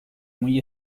muy